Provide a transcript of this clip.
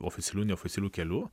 oficialių neoficialių kelių